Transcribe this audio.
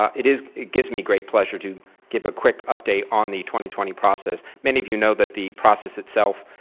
um it is it gives me great pleasure to give a quick update on twenty twenty process. many of you know that the process itself